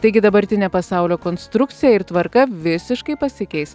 taigi dabartinė pasaulio konstrukcija ir tvarka visiškai pasikeis